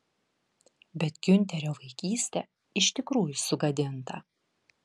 bet giunterio vaikystė iš tikrųjų sugadinta